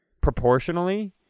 proportionally